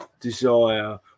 desire